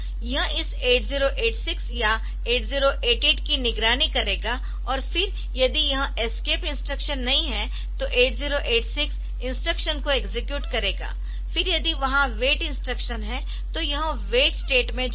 यह इस 8086 या 8088 की निगरानी करेगा और फिर यदि यह एस्केप इंस्ट्रक्शन नहीं है तो 8086 इंस्ट्रक्शन को एक्सेक्यूट करेगा फिर यदि वहा वेट इंस्ट्रक्शन है तो यह वेट स्टेट में जाएगा